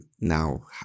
now